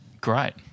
Great